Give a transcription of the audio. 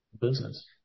business